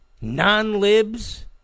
non-libs